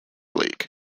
lake